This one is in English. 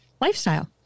lifestyle